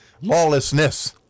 Lawlessness